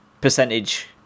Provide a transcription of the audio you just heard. percentage